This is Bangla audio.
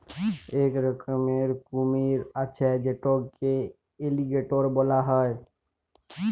ইক রকমের কুমির আছে যেটকে এলিগ্যাটর ব্যলা হ্যয়